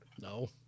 No